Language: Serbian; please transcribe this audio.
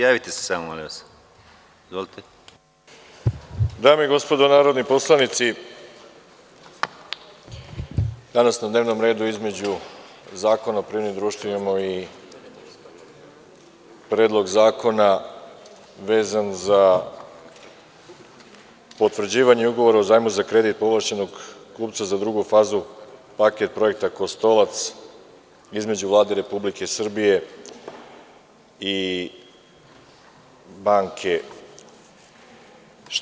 Dame i gospodo narodni poslanici, danas na dnevnom redu između Zakona o privrednim društvima imamo i Predlog zakona vezan za potvrđivanje Ugovora o zajmu za kredit povlašćenog kupca za drugu fazu paket projekta „Kostolac“ između Vlade Republike Srbije i banke.